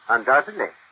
Undoubtedly